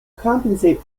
compensate